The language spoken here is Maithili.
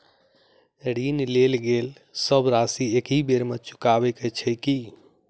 ऋण लेल गेल सब राशि एकहि बेर मे चुकाबऽ केँ छै की?